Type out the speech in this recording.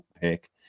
pick